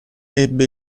ebbe